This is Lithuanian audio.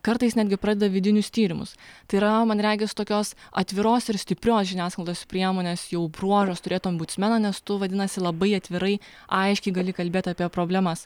kartais netgi pradeda vidinius tyrimus tai yra man regis tokios atviros ir stiprios žiniasklaidos priemonės jau bruožas turėti ombudsmeną nes tu vadinasi labai atvirai aiškiai gali kalbėti apie problemas